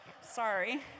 Sorry